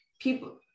people